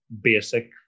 basic